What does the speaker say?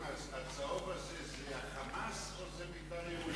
האם הצהוב הזה זה ה"חמאס" או "בית"ר ירושלים"?